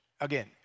again